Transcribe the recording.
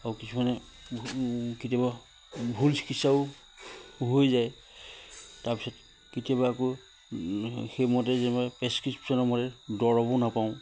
আৰু কিছুমানে কেতিয়াবা ভুল চিকিৎসাও হৈ যায় তাৰপিছত কেতিয়াবা আকৌ সেইমতে যে প্ৰেচক্ৰিপচনৰ মতে দৰবো নাপাওঁ